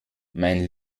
mein